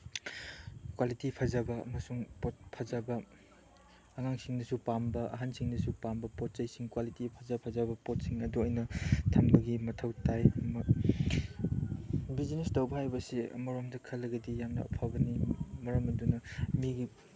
quality ꯐꯖꯅ ꯑꯃꯁꯨꯡ ꯄꯣꯠ ꯐꯖꯕ ꯑꯉꯥꯡꯁꯤꯡꯅꯁꯨ ꯄꯥꯝꯕ ꯑꯍꯟꯁꯤꯡꯅꯁꯨ ꯄꯥꯝꯕ ꯄꯣꯠ ꯆꯩꯁꯤꯡ ꯀ꯭ꯋꯥꯂꯤꯇꯤ ꯐꯖ ꯐꯖꯕ ꯄꯣꯠꯁꯤꯡ ꯑꯗꯨ ꯑꯩꯅ ꯊꯝꯕꯒꯤ ꯃꯊꯧ ꯇꯥꯏ ꯕꯤꯖꯤꯅꯦꯁ ꯇꯧꯕ ꯍꯥꯏꯕꯁꯤ ꯑꯃꯔꯣꯝꯗ ꯈꯜꯂꯒꯗꯤ ꯌꯥꯝꯅ ꯑꯐꯕꯅꯤ ꯃꯔꯝ ꯑꯗꯨꯅ ꯃꯤꯒꯤ